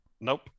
nope